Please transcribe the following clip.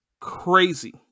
Crazy